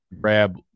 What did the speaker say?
grab